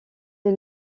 est